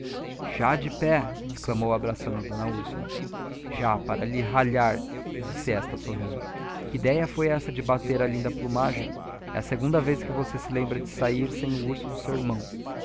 já de pé exclamou abraçando d úrsula já para lhe ralhar disse esta sorrindo que idéia foi essa de bater a linda plumagem é a segunda vez que você se lembra de sair sem o urso do seu irmão